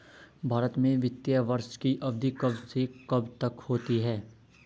भारत में वित्तीय वर्ष की अवधि कब से कब तक होती है?